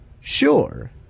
Sure